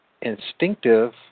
instinctive